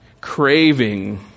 craving